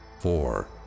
Four